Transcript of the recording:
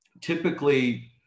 typically